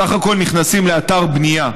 בסך הכול נכנסים לאתר בנייה.